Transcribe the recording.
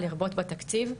לרבות בתקציב,